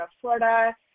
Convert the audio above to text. florida